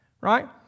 Right